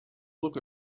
look